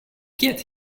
get